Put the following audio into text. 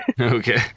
Okay